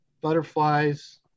butterflies